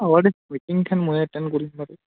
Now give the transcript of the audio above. হ'ব দে মিটিংখন ময়ে এটেণ্ড কৰিম বাৰু